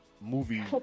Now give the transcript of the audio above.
movie